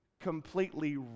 completely